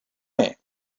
name